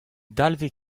dalvez